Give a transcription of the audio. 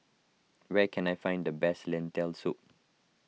where can I find the best Lentil Soup